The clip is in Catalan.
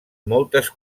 moltes